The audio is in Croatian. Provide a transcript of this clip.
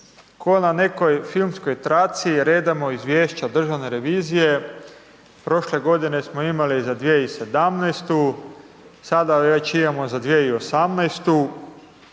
na nekoj filmskoj traci redamo izvješća državne revizije. Prošle godine smo imali za 2017. Sada već imamo za 2018.